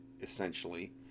essentially